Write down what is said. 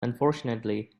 unfortunately